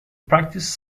practiced